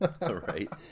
right